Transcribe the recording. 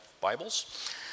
Bibles